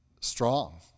strong